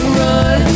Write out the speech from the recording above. run